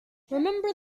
remember